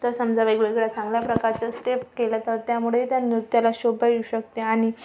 तर समजा वेगवेगळ्या चांगल्याप्रकारच्या स्टेप केल्या तर त्यामुळे त्या नृत्याला शोभा येऊ शकते आणि